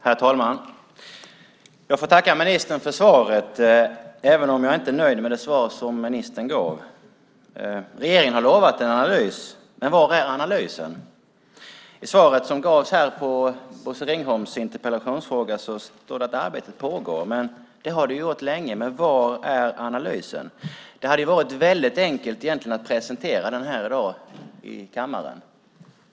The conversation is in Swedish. Herr talman! Jag får tacka ministern för svaret även, om jag inte är nöjd med det svar som ministern gav. Regeringen har lovat en analys, men var är analysen? I det svar som gavs här på Bosse Ringholms interpellation står det att arbetet pågår, men det har det gjort länge. Var är analysen? Det hade varit väldigt enkelt att presentera den här i dag i kammaren.